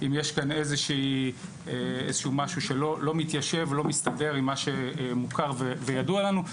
אם יש משהו שלא מתיישב ולא מסתדר עם מה שמוכר וידוע לנו.